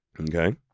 Okay